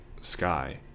sky